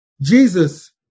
Jesus